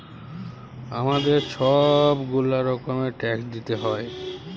আমাদের ছব গুলা রকমের ট্যাক্স দিইতে হ্যয়